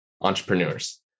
entrepreneurs